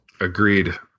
Agreed